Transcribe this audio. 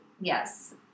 Yes